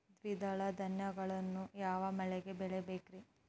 ದ್ವಿದಳ ಧಾನ್ಯಗಳನ್ನು ಯಾವ ಮಳೆಗೆ ಬೆಳಿಬೇಕ್ರಿ?